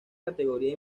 categoría